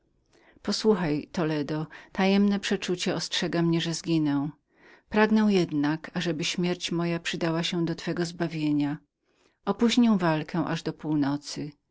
posłuchaj toledo tajemne przeczucie ostrzega mnie że zginę pragnę jednak ażeby śmierć moja przydała się ku twemu zbawieniazbawieniu spóźnię walkę aż do północy